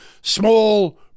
small